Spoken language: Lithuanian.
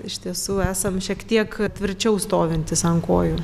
iš tiesų esam šiek tiek tvirčiau stovintys ant kojų